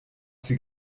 sie